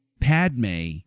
Padme